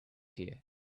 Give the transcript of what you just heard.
here